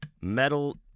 metal